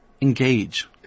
engage